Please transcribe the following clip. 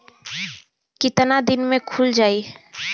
कितना दिन में खुल जाई?